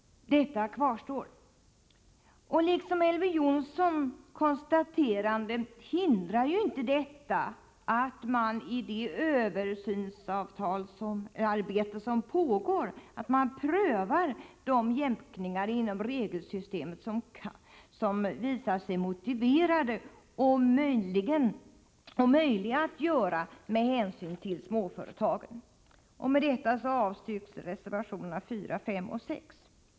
Det sambandet finns fortfarande. Som Elver Jonsson säger hindrar inte detta att man i det översynsarbete som pågår prövar de jämkningar inom regelsystemets ram som visar sig motiverade och möjliga att göra med hänsyn till småföretagen. Med detta avstyrks reservationerna 4, 5 och 6.